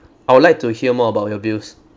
I would like to hear more about your views